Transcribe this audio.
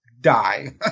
die